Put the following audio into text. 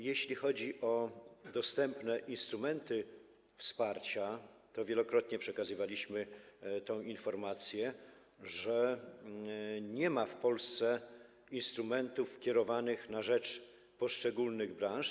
Jeśli chodzi o dostępne instrumenty wsparcia, to wielokrotnie przekazywaliśmy informację, że nie ma w Polsce instrumentów kierowanych na rzecz poszczególnych branż.